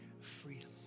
freedom